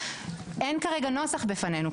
אין כרגע נוסח של הצעת החוק לפנינו,